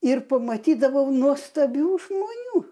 ir pamatydavau nuostabių žmonių